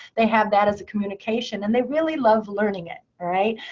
they have that as a communication. and they really love learning it. alright?